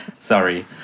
Sorry